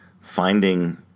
finding